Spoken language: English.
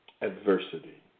adversity